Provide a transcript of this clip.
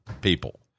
people